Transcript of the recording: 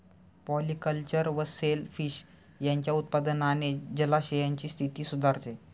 polyculture व shellfish यांच्या उत्पादनाने जलाशयांची स्थिती सुधारते